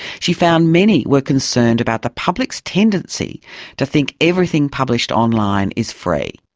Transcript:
she found many were concerned about the public's tendency to think everything published online is free.